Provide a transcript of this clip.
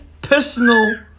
personal